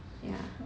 ya